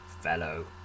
fellow